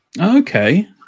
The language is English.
Okay